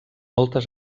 moltes